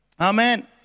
Amen